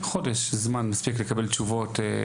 חודש זמן זה מספיק לקבל תשובות.